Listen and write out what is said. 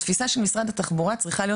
התפיסה של משרד התחבורה צריכה להיות